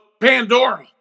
Pandora